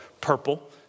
purple